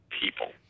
people